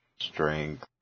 Strength